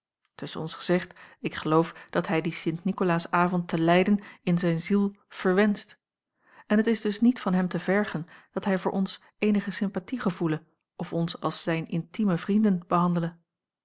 tusschen ons gezegd ik geloof dat hij dien sint nikolaasavond te leyden in zijn ziel verwenscht en het is dus niet van hem te vergen dat hij voor ons eenige sympathie gevoele of ons als zijn intieme vrienden behandele